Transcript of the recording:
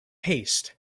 haste